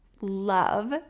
love